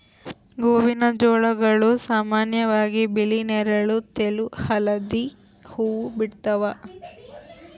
ಗೋವಿನಜೋಳಗಳು ಸಾಮಾನ್ಯವಾಗಿ ಬಿಳಿ ನೇರಳ ತೆಳು ಹಳದಿ ಹೂವು ಬಿಡ್ತವ